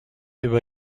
über